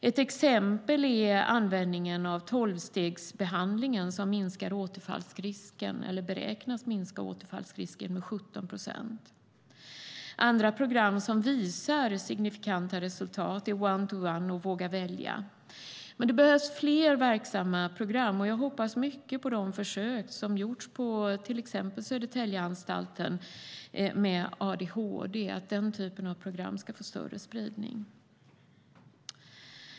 Ett exempel är användningen av tolvstegsbehandlingen, som beräknas minska återfallsrisken med 17 procent. Andra program som visar signifikanta resultat är One-to-One och Våga Välja. Men det behövs fler verksamma program, och jag hoppas mycket på de försök som har gjorts på till exempel Södertäljeanstalten med adhd och att den typen av program ska få större spridning.